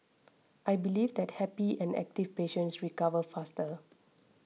I believe that happy and active patients recover faster